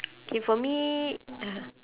okay for me